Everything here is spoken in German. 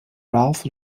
ralph